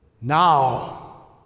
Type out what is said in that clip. Now